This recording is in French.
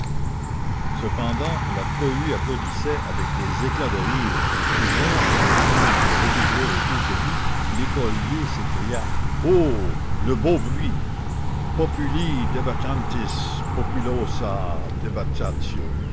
cependant la cohue applaudissait avec des éclats de rire et voyant que le tumulte redoublait autour de lui l'écolier s'écria oh le beau bruit populi